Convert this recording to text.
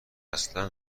اصلا